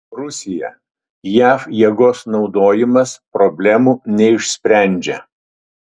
rusija jav jėgos naudojimas problemų neišsprendžia